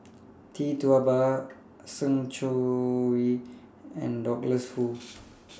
Tee Tua Ba Sng Choon Yee and Douglas Foo